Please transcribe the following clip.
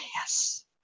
Yes